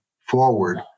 forward